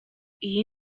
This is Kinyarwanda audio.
iyi